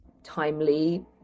timely